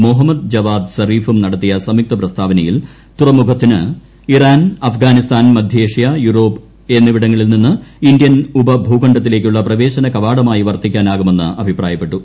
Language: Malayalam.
മുഹമ്മദ് ജവാദ് സറീഫും നടത്തിയ സംയുക്ത പ്രസ്താവനയിൽ തുറമുഖത്തിന് ഇറാൻ അഫ്ഗാനിസ്ഥാൻ മധ്യേഷ്യ യൂറോപ്പ് എന്നിവർക്ക് ഇന്ത്യൻ ഉപഭൂഖണ്ഡത്തിലേക്കുള്ള പ്രവേശന കവാടമായി വർത്തിക്കാനാകുമെന്ന് അഭിപ്രായപ്പെട്ടു